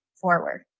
forward